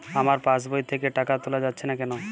আমার পাসবই থেকে টাকা তোলা যাচ্ছে না কেনো?